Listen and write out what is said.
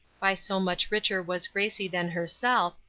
by so much richer was gracie than herself,